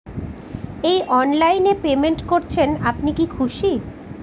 এই অনলাইন এ পেমেন্ট করছেন আপনি কি খুশি?